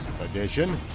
edition